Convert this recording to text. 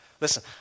listen